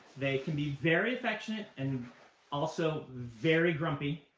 they can be very affectionate, and also very grumpy,